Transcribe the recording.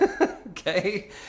Okay